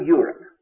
Europe